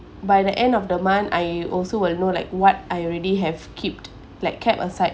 by the end of the month I also will know like what I already have keep like kept aside